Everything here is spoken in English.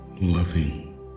loving